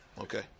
Okay